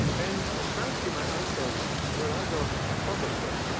and frankly, my answers were rather cumbersome.